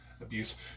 abuse